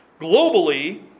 Globally